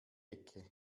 ecke